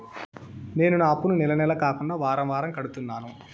నేను నా అప్పుని నెల నెల కాకుండా వారం వారం కడుతున్నాను